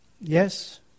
Yes